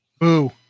Boo